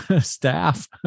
staff